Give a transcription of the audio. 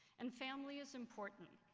and family is important.